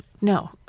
No